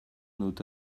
dute